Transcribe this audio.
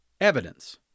evidence